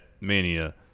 Mania